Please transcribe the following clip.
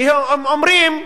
כי הם אומרים: